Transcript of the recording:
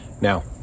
now